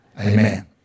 Amen